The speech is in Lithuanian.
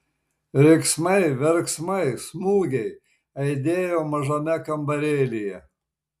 riksmai verksmai smūgiai aidėjo mažame kambarėlyje